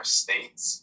states